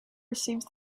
receives